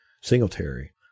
Singletary